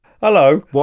Hello